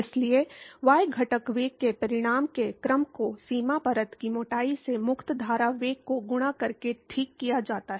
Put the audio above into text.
इसलिए y घटक वेग के परिमाण के क्रम को सीमा परत की मोटाई से मुक्त धारा वेग को गुणा करके ठीक किया जाता है